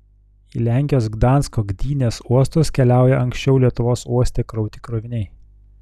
į lenkijos gdansko gdynės uostus keliauja anksčiau lietuvos uoste krauti kroviniai